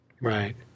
Right